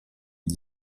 gli